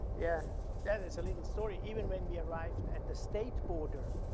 yeah, that is a little story. even when we arrived at the state border,